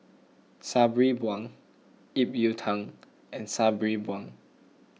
Sabri Buang Ip Yiu Tung and Sabri Buang